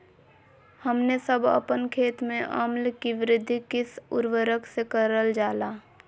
हमने सब अपन खेत में अम्ल कि वृद्धि किस उर्वरक से करलजाला?